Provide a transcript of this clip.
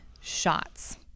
shots